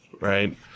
right